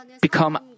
become